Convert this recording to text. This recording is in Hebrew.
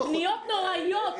פניות נוראיות.